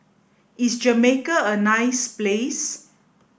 is Jamaica a nice place